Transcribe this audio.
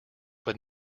but